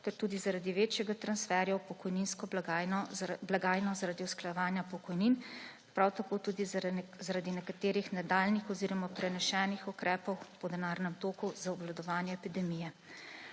ter tudi zaradi večjega transferja v pokojninsko blagajno zaradi usklajevanja pokojnin, prav tako tudi zaradi nekaterih nadaljnjih oziroma prenesenih ukrepov po denarnem toku za obvladovanje epidemije.